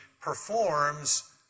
performs